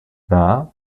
nahe